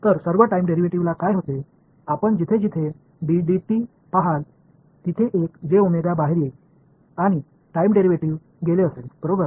तर सर्व टाइम डेरिव्हेटिव्हला काय होते आपण जिथे जिथे पहाल तिथे एक बाहेर येईल आणि टाइम डेरिव्हेटिव्ह गेले असेल बरोबर